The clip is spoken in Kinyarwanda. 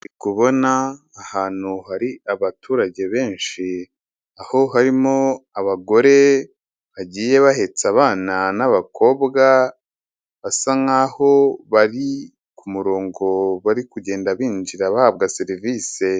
Ndi kubona ahantu hari abaturage benshi, aho harimo abagore bagiye bahetse abana n'abakobwa, basa nk'aho bari ku murongo bari kugenda binjira bahabwa serivise.